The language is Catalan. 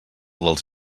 dels